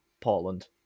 Portland